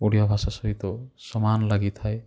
ଓଡ଼ିଆ ଭାଷା ସହିତ ସମାନ ଲାଗିଥାଏ